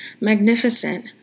Magnificent